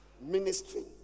Ministry